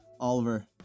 Oliver